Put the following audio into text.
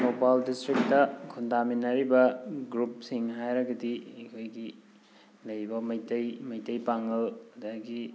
Thoubal district ꯈꯨꯟꯗꯥꯃꯤꯟꯅꯔꯤꯕ ꯒ꯭ꯔꯨꯞꯁꯤꯡ ꯍꯥꯏꯔꯒꯗꯤ ꯑꯩꯈꯣꯏꯒꯤ ꯂꯩꯔꯤꯕ ꯃꯩꯇꯩ ꯃꯩꯇꯩ ꯄꯥꯡꯒꯜ ꯑꯗꯒꯤ